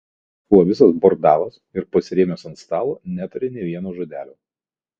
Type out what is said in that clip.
jis buvo visas bordavas ir pasirėmęs ant stalo netarė nė vieno žodelio